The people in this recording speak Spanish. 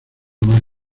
más